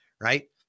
right